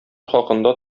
хакында